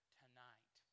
tonight